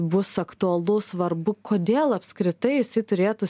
bus aktualu svarbu kodėl apskritai jisai turėtų